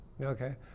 okay